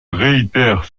réitère